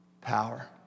power